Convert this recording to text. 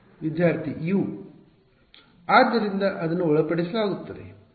ವಿದ್ಯಾರ್ಥಿ U ಆದ್ದರಿಂದ ಅದನ್ನು ಒಳಪಡಿಸಲಾಗುತ್ತದೆ